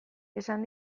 esan